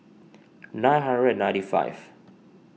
nine hundred and ninety five